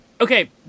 Okay